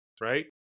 right